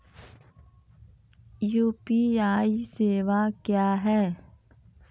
UPI सेवा क्या हैं?